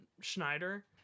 Schneider